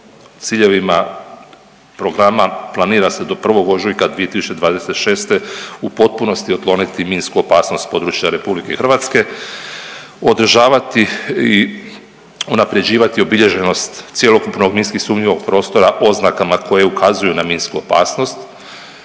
ciljevima programa planira se do 1. ožujka 2026. u potpunosti ukloniti minsku opasnost s područja RH, održavati i unapređivati obilježenost cjelokupnost minski sumnjivog prostora oznakama koje ukazuju na minsku opasnost,